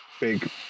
big